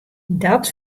dat